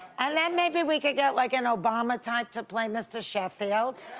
and then maybe we could get like an obama-type to play mr. sheffield.